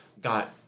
got